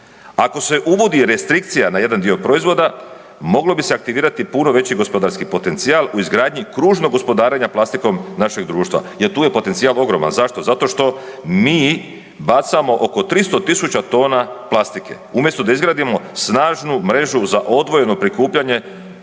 Ako se uvodi restrikcija na jedan dio proizvoda moglo bi se aktivirati puno veći gospodarski potencijal u izgradnji kružnog gospodarenja plastikom našeg društva jer tu je potencijal ogroman. Zašto? Zato što mi bacamo oko 300.000 tona plastike umjesto da izgradimo snažnu mrežu za odvojeno prikupljanje